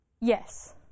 Yes